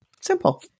Simple